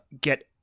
get